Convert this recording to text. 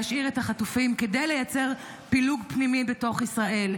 להשאיר את החטופים כדי לייצר פילוג פנימי בתוך ישראל,